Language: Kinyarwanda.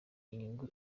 inyungu